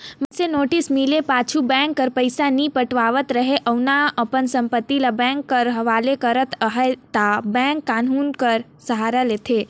मइनसे नोटिस मिले पाछू बेंक कर पइसा नी पटावत रहें अउ ना अपन संपत्ति ल बेंक कर हवाले करत अहे ता बेंक कान्हून कर सहारा लेथे